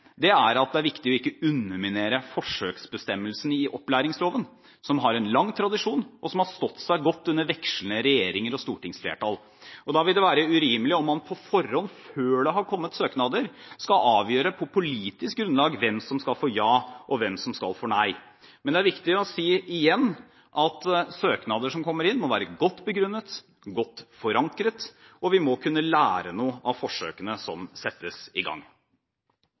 er at det er viktig ikke å underminere forsøksbestemmelsen i opplæringsloven, som har en lang tradisjon, og som har stått seg godt under vekslende regjeringer og stortingsflertall. Da vil det være urimelig om man på forhånd, før det har kommet søknader, på politisk grunnlag skal avgjøre hvem som skal få ja og hvem som skal få nei. Men det er viktig å si igjen at søknader som kommer inn, må være godt begrunnet, godt forankret, og vi må kunne lære noe av forsøkene som settes i gang.